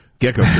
Gecko